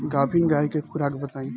गाभिन गाय के खुराक बताई?